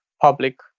public